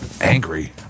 Angry